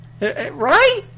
Right